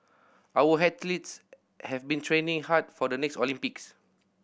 our athletes have been training hard for the next Olympics